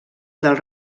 del